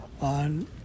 On